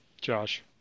Josh